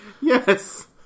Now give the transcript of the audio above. Yes